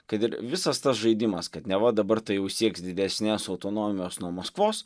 kad ir visas tas žaidimas kad neva dabar tai jau sieks didesnės autonomijos nuo maskvos